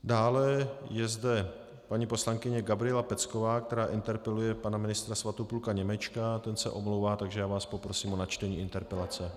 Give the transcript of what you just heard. Dále je zde paní poslankyně Gabriela Pecková, která interpeluje pana ministra Svatopluka Němečka, ten se omlouvá, takže vás poprosím o načtení interpelace.